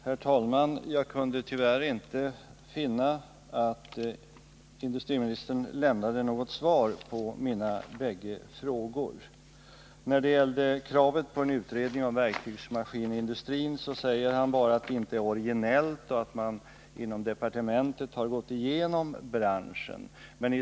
Herr talman! Jag kunde tyvärr inte finna att industriministern lämnade något svar på mina båda frågor. När det gällde kravet på en utredning av verktygsmaskinindustrin sade han bara att det inte är originellt och att man inom departementet har gått igenom branschen.